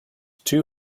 two